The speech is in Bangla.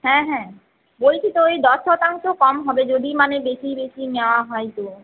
হ্য়াঁ হ্য়াঁ বলছি তো ওই দশ শতাংশ কম হবে যদি মানে বেশি বেশি নেওয়া হয় তো